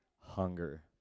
hunger